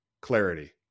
clarity